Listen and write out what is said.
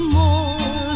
more